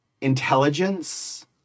intelligence